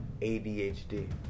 ADHD